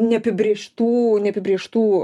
neapibrėžtų neapibrėžtų